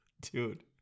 Dude